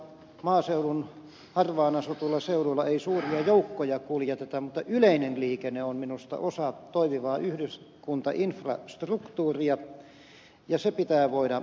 maaseudun harvaan asutuilla seuduilla ei suuria joukkoja kuljeteta mutta yleinen liikenne on minusta osa toimivaa yhdyskuntainfrastruktuuria ja se pitää voida säilyttää